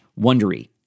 Wondery